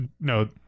no